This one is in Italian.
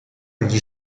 gli